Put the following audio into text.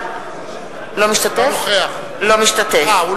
אינו נוכח חיים אמסלם, אינו